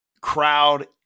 crowd